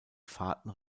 fahrten